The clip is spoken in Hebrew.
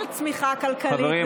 של צמיחה כלכלית ושגשוג?